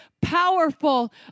powerful